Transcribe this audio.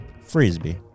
frisbee